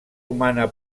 humana